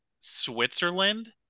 switzerland